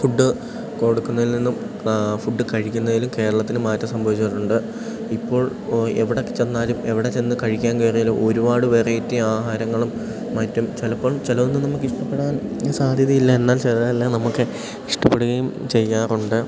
food കൊടുക്കുന്നതിൽ നിന്നും food കഴിക്കുന്നതിലും കേരളത്തിൽ മാറ്റം സംഭവിച്ചിട്ടുണ്ട് ഇപ്പോൾ എവിടെ ചെന്നാലും എവിടെ ചെന്നു കഴിക്കാൻ കേറിയാലും ഒരുപാട് വെറൈറ്റി ആഹാരങ്ങളും മറ്റും ചിലപ്പോൾ ചിലതൊന്നും നമുക്ക് ഇഷ്ടപ്പെടാൻ സാധ്യതയില്ല എന്നാൽ ചിലതെല്ലാം നമുക്ക് ഇഷ്ടപ്പെടുകയും ചെയ്യാറുണ്ട്